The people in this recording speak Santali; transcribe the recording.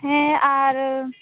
ᱦᱮᱸ ᱟᱨ